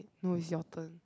no is your turn